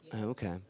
okay